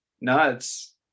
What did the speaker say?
nuts